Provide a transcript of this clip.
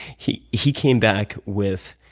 he he came back with,